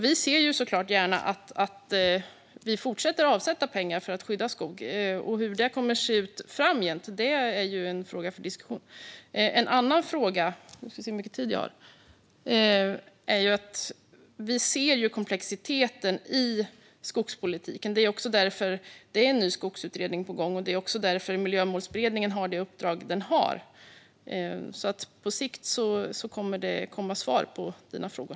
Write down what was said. Vi ser såklart gärna att vi fortsätter att avsätta pengar för att skydda skog. Hur det kommer att se ut framgent är en fråga för diskussion. En annan fråga är att vi ser komplexiteten i skogspolitiken. Det är också därför det är en ny skogsutredning på gång. Det är också därför Miljömålsberedningen har det uppdrag den har. På sikt kommer det att komma svar på dina frågor.